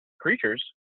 creatures